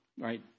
right